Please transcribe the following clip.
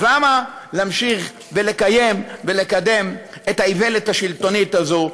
אז למה להמשיך ולקיים ולקדם את האיוולת השלטונית הזאת?